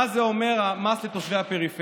מה זה אומר, המס על תושבי הפריפריה?